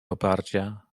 oparcia